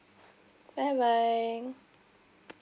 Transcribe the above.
bye bye